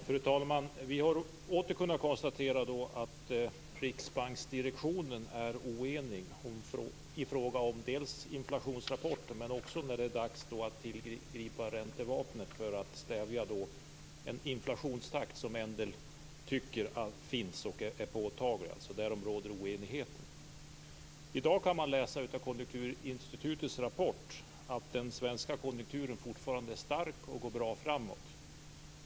Fru talman! Vi har åter kunnat konstatera att riksbanksdirektionen är oenig i fråga om dels inflationsrapporter, dels när det är dags att tillgripa räntevapnet för att stävja en inflationstakt som en del tycker finns och är påtaglig. Därom rådet oenighet. I dag kan man av Konjunkturinstitutets rapport utläsa att den svenska konjunkturen fortfarande är stark och går bra framåt.